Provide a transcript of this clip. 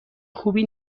خوبی